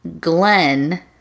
Glenn